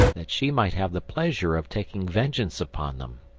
that she might have the pleasure of taking vengeance upon them.